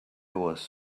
was